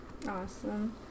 Awesome